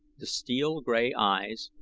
the steel-gray eyes,